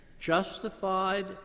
justified